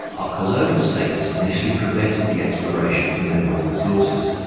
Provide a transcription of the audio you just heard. our colonial status initially prevented the exploration for mineral resources.